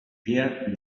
pierre